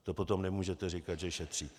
To potom nemůžete říkat, že šetříte.